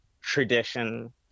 tradition